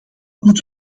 moet